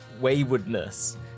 waywardness